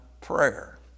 prayer